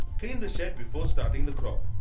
clean the shed before starting the crop.